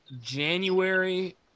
January